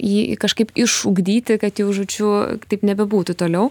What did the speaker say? jį kažkaip išugdyti kad jau žodžiu taip nebebūtų toliau